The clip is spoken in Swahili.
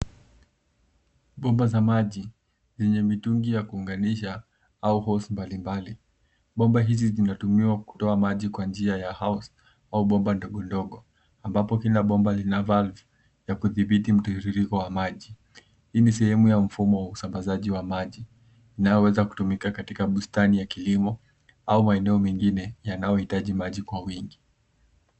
Bomba za maji zenye mitungi ya kuunganisha au horse mbalimbali. Bomba hizi zinatumiwa kutoa maji kwa njia ya horse au bomba ndogondogo ambapo kila bomba lina valve la kudhibiti mtiririko wa maji. Hii ni sehemu ya mfumo wa usambazaji wa maji inayoweza kutumika katika bustani ya kilimo au maeneo mengine yanayohitaji maji kwa wingi.